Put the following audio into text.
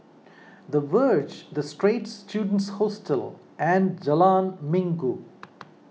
the Verge the Straits Students Hostel and Jalan Minggu